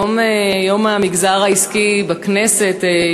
היום יום המגזר העסקי בכנסת,